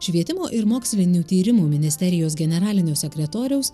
švietimo ir mokslinių tyrimų ministerijos generalinio sekretoriaus